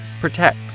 Protect